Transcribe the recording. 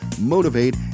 motivate